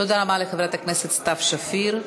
תודה רבה לחברת הכנסת סתיו שפיר.